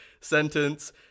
sentence